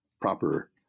proper